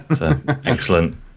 Excellent